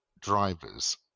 drivers